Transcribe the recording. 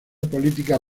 política